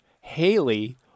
Haley